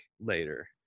later